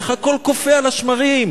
איך הכול קופא על השמרים?